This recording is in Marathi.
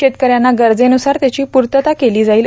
शेतकऱ्यांना गरजेन्रसार त्याची पूर्तता केली जाईल